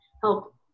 help